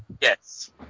Yes